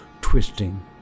twisting